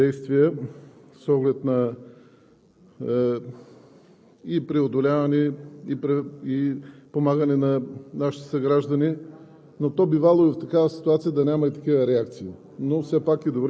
Енергетиката и на Икономиката има предприети действия с оглед и преодоляване, и помагане на нашите съграждани,